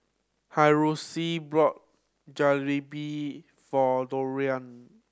Hiroshi bought Jalebi for Dorian